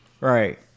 right